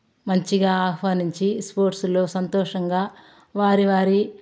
మంచిగా ఆహ్వానించి స్పోర్ట్స్లో సంతోషంగా వారి వారి